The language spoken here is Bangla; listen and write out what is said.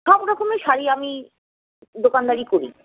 সব রকমের শাড়ি আমি দোকানদারি করি